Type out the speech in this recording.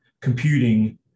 computing